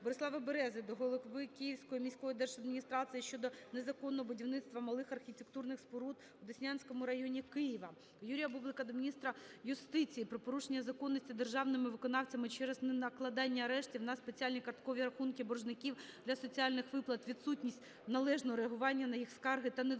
Борислава Берези до голови Київської міської держадміністрації щодо незаконного будівництва малих архітектурних споруд у Деснянському районі Києва. Юрія Бублика до міністра юстиції про порушення законності державними виконавцями через накладення арештів на спеціальні карткові рахунки боржників для соціальних виплат, відсутність належного реагування на їх скарги та недотримання